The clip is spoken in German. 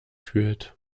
fühlt